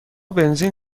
بنزین